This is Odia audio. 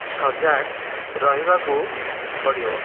ସଜାଗ ରହିବାକୁ ପଡ଼ିବ